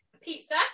pizza